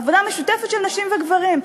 עבודה משותפת של נשים וגברים.